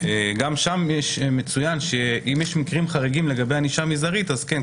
גם שם מצוין שאם יש מקרים חריגים לגבי ענישה מזערית אז כן,